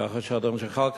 כך שאדון זחאלקה,